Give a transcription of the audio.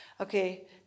Okay